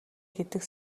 гэдэг